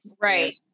Right